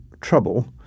trouble